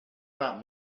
not